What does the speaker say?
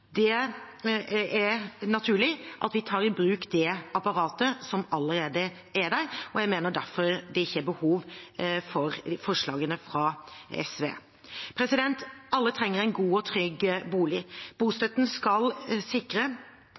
Det er naturlig at vi tar i bruk det apparatet som allerede er der, og jeg mener derfor det ikke er behov for forslagene fra SV. Alle trenger en god og trygg bolig. Bostøtten skal sikre